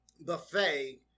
Buffet